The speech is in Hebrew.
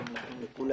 לכולם.